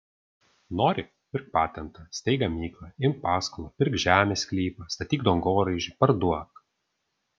nori pirk patentą steik gamyklą imk paskolą pirk žemės sklypą statyk dangoraižį parduok